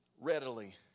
Readily